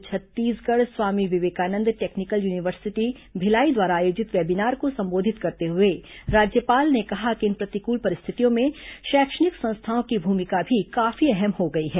आज Chhattisgarh Swami Vivekananda technical university Bhilai द्वारा आयोजित वेबीनार को संबोधित करते हुए राज्यपाल ने कहा कि इन प्रतिकूल परिस्थितियों में शैक्षणिक संस्थाओं की भूमिका भी काफी अहम हो गई है